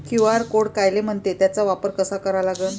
QR code कायले म्हनते, त्याचा वापर कसा करा लागन?